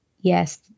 yes